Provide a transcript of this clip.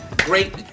Great